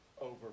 over